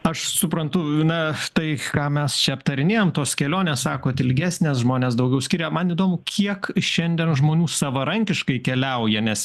aš suprantu na štai ką mes čia aptarinėjam tos kelionės sakot ilgesnės žmonės daugiau skiria man įdomu kiek šiandien žmonių savarankiškai keliauja nes